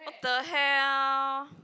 !what the hell!